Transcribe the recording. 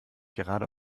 gerade